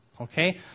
Okay